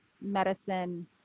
medicine